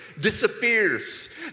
disappears